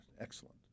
Excellent